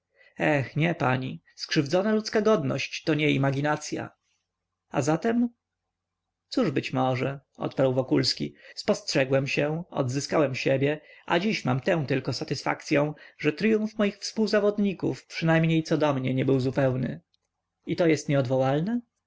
nie pani skrzywdzona ludzka godność to nie imaginacya a zatem cóż być może odparł wokulski spostrzegłem się odzyskałem siebie a dziś mam tę tylko satysfakcją że tryumf moich współzawodników przynajmniej co do mnie nie był zupełny i to jest